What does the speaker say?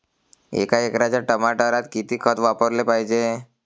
एका एकराच्या टमाटरात किती खत वापराले पायजे?